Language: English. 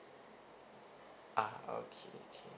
ah okay okay